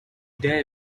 dare